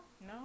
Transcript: no